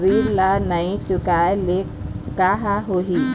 ऋण ला नई चुकाए ले का होही?